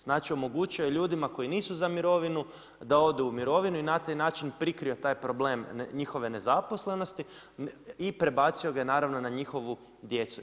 Znači, omogućio je ljudima koji nisu za mirovinu da odu u mirovinu i na taj način prikrio taj problem njihove nezaposlenosti i prebacio ga naravno na njihovu djecu.